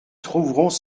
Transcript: trouverons